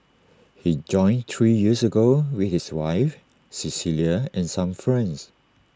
he joined three years ago with his wife Cecilia and some friends